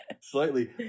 Slightly